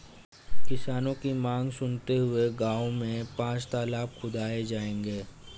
किसानों की मांग सुनते हुए गांव में पांच तलाब खुदाऐ जाएंगे